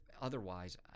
otherwise